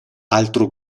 altro